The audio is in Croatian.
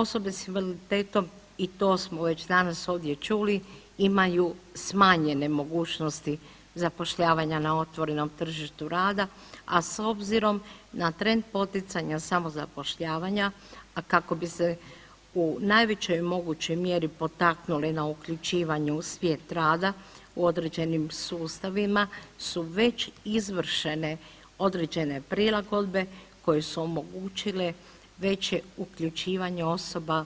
Osobe s invaliditetom i to smo već danas ovdje čuli imaju smanjene mogućnosti zapošljavanja na otvorenom tržištu rada, a s obzirom na trend poticanja samozapošljavanja, a kako bi se u najvećoj mogućoj mjeri potaknuli na uključivanje u svijet rada u određenim sustavima su već izvršene određene prilagodbe koje su omogućile veće uključivanje osoba